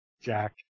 Jack